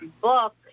Book